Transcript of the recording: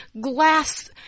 glass